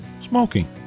Smoking